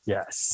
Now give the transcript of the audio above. Yes